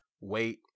wait